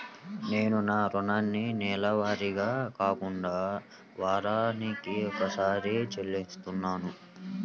నేను నా రుణాన్ని నెలవారీగా కాకుండా వారానికోసారి చెల్లిస్తున్నాను